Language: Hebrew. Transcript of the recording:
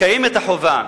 קיימת החובה,